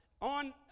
on